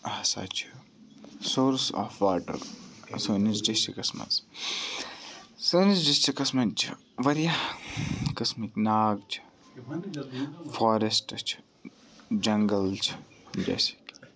ہسا چھِ source of water سٲنِس ڈِسٹرکس منٛز سٲنِس ڈِسٹرکس منٛز چھِ واریاہ قٔسمٕکۍ ناگ چھِ فوریسٹ چھِ جنگل چھِ جیسے کہِ